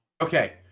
Okay